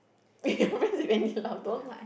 you are friends with Andy-Lau don't lie